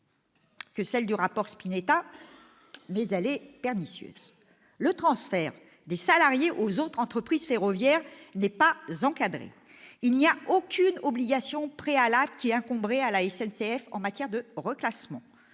que celle du rapport Spinetta, mais elle est pernicieuse. Le transfert des salariés aux autres entreprises ferroviaires n'est pas encadré. Aucune obligation préalable n'incombe à la SNCF en matière de reclassement.